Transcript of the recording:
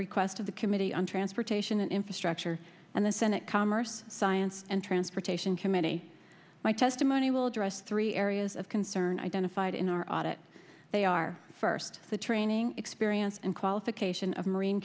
request of the committee on transportation and infrastructure and the senate commerce science and transportation committee my testimony will address three areas of concern identified in our audit they are first the training experience and qualification of marine